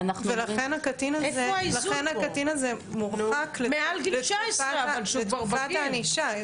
ולכן הקטין הזה מורחק לתקופת הענישה.